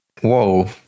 Whoa